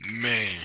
Man